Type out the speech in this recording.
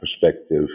perspective